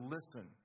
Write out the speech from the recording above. Listen